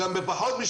גם בפחות.